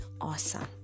awesome